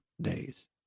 days